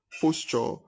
posture